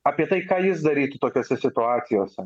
apie tai ką jis darytų tokiose situacijose